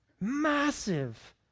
massive